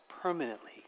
permanently